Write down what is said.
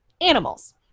Animals